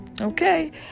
Okay